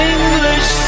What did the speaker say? English